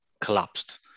collapsed